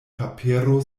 papero